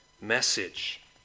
message